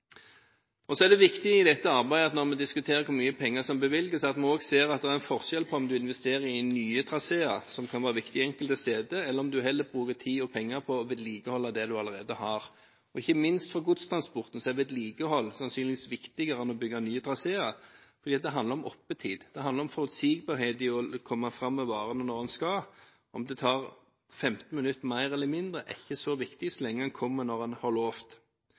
oss. Så er det viktig i dette arbeidet, når vi diskuterer hvor mye penger som bevilges, at vi også ser at det er en forskjell på om en investerer i nye traseer – som kan være viktig enkelte steder – eller om en heller bruker tid og penger på vedlikehold av det en allerede har. Ikke minst for godstransporten er vedlikehold sannsynligvis viktigere enn å bygge nye traseer, for det handler om oppetid, og det handler om forutsigbarhet i å komme fram med varene når man skal. Om det tar 15 minutter mer eller mindre er ikke så viktig så lenge man kommer når man har